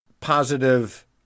positive